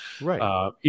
Right